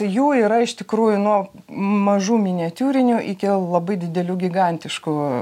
jų yra iš tikrųjų nuo mažų miniatiūrinių iki labai didelių gigantiškų